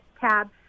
tab